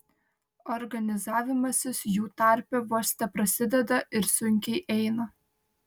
organizavimasis jų tarpe vos teprasideda ir sunkiai eina